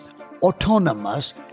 autonomous